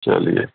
چلیے